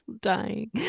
dying